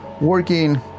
working